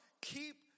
keep